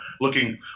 looking